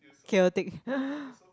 chaotic